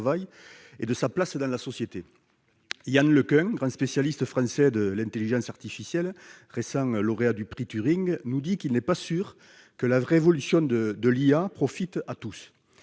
et de sa place dans la société. Yann Le Cun, grand spécialiste français de l'intelligence artificielle, récent lauréat du prix Turing, nous dit qu'il « n'est pas sûr que la révolution de l'IA profite à tous